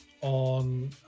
on